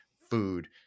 food